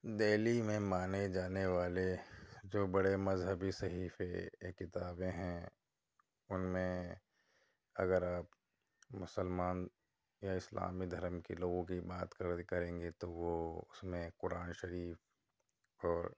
دہلی میں مانے جانے والے جو بڑے مذہبی صحیفے یا کتابیں ہیں ان میں اگر آپ مسلمان یا اسلامی دھرم کے لوگوں کی بات کرد کریں گے تو وہ اس میں قرآن شریف اور